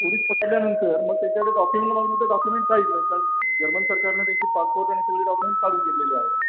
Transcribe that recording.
police पकडल्यानंतर मग त्यांच्याकडे डॉक्युमेंट डॉक्युमेंट काहीच नाही कारण जर्मन सरकारनं त्यांची पासपोर्ट आणि सगळी डॉक्युमेंट काढून घेतलेले आहेत